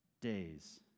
days